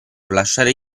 lasciare